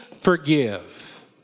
forgive